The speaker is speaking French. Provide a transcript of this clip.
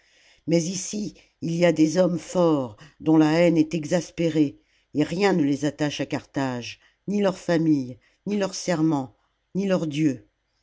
mais ici il y a des hommes forts dont la haine est exaspérée et rien ne les attache à carthage ni leurs familles ni leurs serments ni leurs dieux